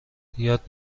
یاد